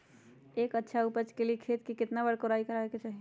एक अच्छा उपज के लिए खेत के केतना बार कओराई करबआबे के चाहि?